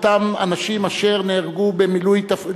אותם אנשים אשר נהרגו במילוי תפקידם,